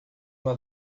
uma